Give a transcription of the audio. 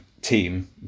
team